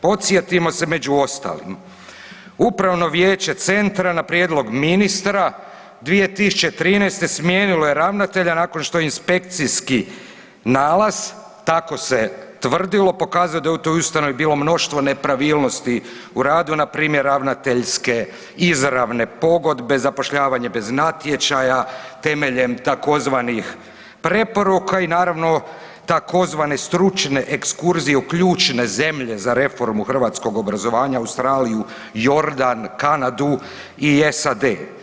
Podsjetimo se među ostalim, upravo vijeće centra na prijedlog ministra 2013. smijenilo je ravnatelja nakon što je inspekcijski nalaz, tako se tvrdilo, pokazalo da je u toj ustanovi bilo mnoštvo nepravilnosti u radu npr. ravnateljske izravne pogodbe zapošljavanje bez natječaja temeljene tzv. preporuka i naravno tzv. stručne ekskurzije u ključne zemlje za reformu hrvatskog obrazovanja Australiju, Jordan, Kanadu i SAD.